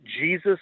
Jesus